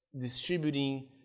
distributing